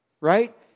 right